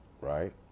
right